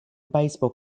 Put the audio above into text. baseball